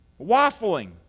waffling